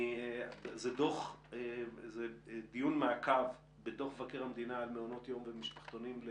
זהו דיון מעקב בדוח מבקר המדינה לגבי משפחתונים ומעונות יום,